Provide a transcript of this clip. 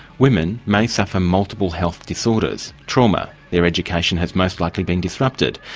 women may suffer multiple health disorders, trauma, their education has most likely been disrupted,